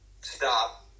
stop